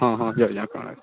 ହଁ ହଁ